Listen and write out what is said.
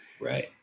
Right